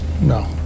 no